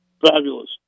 Fabulous